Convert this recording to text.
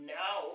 now